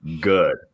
good